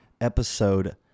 episode